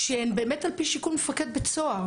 שהם באמת על פי שיקול מפקד בית סוהר.